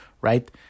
right